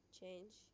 change